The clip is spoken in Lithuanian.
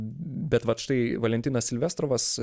bet vat štai valentinas silvestrovas